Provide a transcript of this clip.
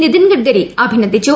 നിതിൻ ഗഡ്കരി അഭിനന്ദിച്ചു